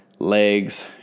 legs